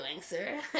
sir